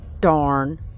darn